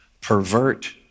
pervert